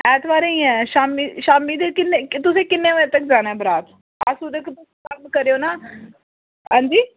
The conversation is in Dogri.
ऐतवारें ईं ऐ शामीं शामीं बी किन्ने तुसें किन्ने बजे तक्कर जाना ऐ बरात तुस इक्क कम्म करेओ ना हां जी